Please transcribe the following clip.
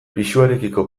pisuarekiko